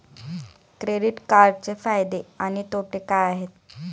Credit कार्डचे फायदे आणि तोटे काय आहेत?